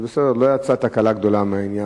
אז בסדר, לא יצאה תקלה גדולה מהעניין.